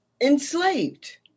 enslaved